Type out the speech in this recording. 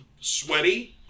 sweaty